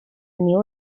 new